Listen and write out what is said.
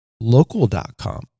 local.com